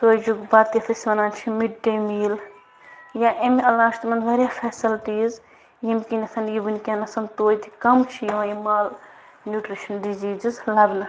کٲجُک بَتہٕ یَتھ أسۍ وَنان چھِ مِڈ ڈے میٖل یا امہِ علاو چھِ تِمَن واریاہ فٮ۪سَلٹیٖز ییٚمہِ کنٮ۪تھ یہِ وٕنۍکٮ۪نَس توتہِ کَم چھُ یِوان یہِ مال نیوٗٹرِشَن ڈِزیٖزٕز لَبنہٕ